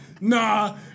Nah